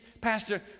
Pastor